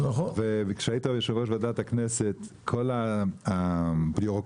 וכשהיית יושב-ראש ועדת הכנסת כל הבירוקרטיה